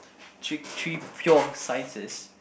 three three pure Sciences